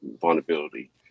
vulnerability